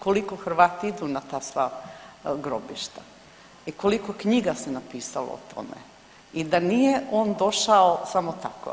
Koliko Hrvati idu na ta sva grobišta i koliko knjiga se napisalo o tome i da nije on došao samo tako.